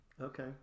Okay